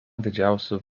didžiausių